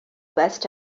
west